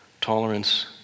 tolerance